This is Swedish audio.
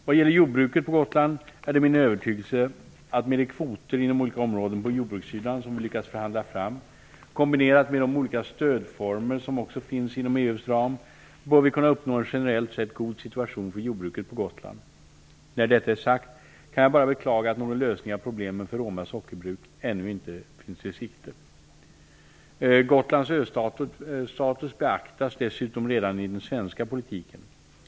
Vad gäller jordbruket på Gotland är det min övertygelse att med de kvoter inom olika områden på jordbrukssidan som vi lyckades förhandla fram, kombinerat med de olika stödformer som också finns inom EU:s system, bör vi kunna uppnå en generellt sett god situation för jordbruket på Gotland. När detta är sagt kan jag bara beklaga att någon lösning av problemen för Roma sockerbruk ännu inte finns i sikte. Gotlands östatus beaktas dessutom redan i den svenska politiken.